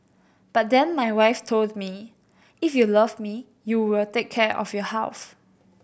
but then my wife told me if you love me you will take care of your health